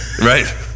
Right